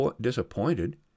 disappointed